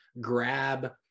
grab